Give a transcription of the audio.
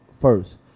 first